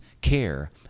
care